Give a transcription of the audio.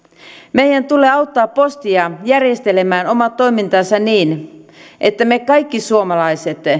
meidän tulee auttaa postia järjestelemään omaa toimintaansa niin että me kaikki suomalaiset